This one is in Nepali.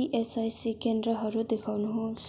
इएसआइसी केन्द्रहरू देखाउनुहोस्